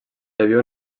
havia